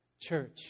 church